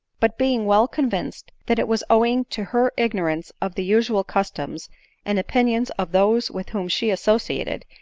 but, being well convinced that it was owing to her ignorance of the usual customs and opinions of those with whom she associated,